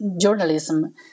journalism